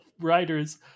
writers